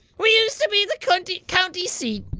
we used to be the cunty. county seat.